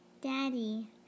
Daddy